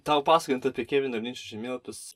tau pasakojant apie kevino linčo žemėlapius